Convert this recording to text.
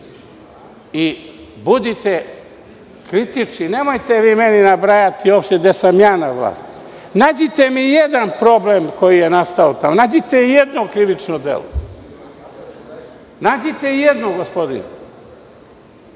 i budite kritični. Nemojte vi meni nabrajati opštine gde sam ja na vlasti. Nađite mi jedan problem koji je nastao tamo. Nađite i jedno krivično delo. Nađite jedno, gospodine.